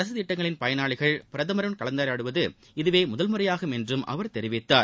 அரசு திட்டங்களின் பயனாளிகள் பிரதமருடன் கலந்துரையாடுவது இதுவே முதன்முறையாகும் என்றும் அவர் தெரிவித்தார்